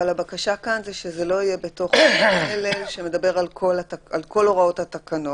אבל הבקשה כאן היא שזה לא יהיה בתוך מה שמדבר על כל הוראות התקנות,